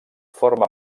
forma